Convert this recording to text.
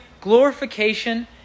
glorification